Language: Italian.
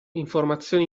informazioni